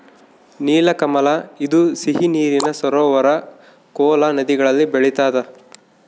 ನೀಲಕಮಲ ಇದು ಸಿಹಿ ನೀರಿನ ಸರೋವರ ಕೋಲಾ ನದಿಗಳಲ್ಲಿ ಬೆಳಿತಾದ